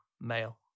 male